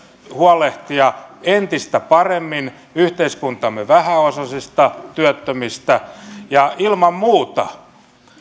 huolehtia entistä paremmin yhteiskuntamme vähäosaisista työttömistä ilman muuta